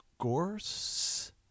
Gorse